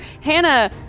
Hannah